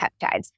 peptides